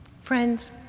Friends